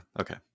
okay